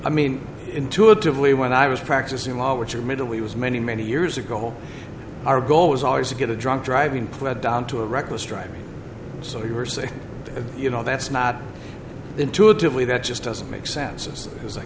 i mean intuitively when i was practicing law which a middle way was many many years ago our goal was always to get a drunk driving pled down to a reckless driving so you were saying you know that's not intuitively the just doesn't make sense